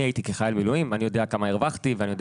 אני הייתי חייל מילואים ואני יודע כמה השתכרתי ואני יודע